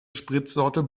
spritsorte